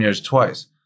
twice